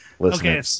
Okay